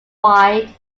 wide